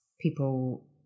people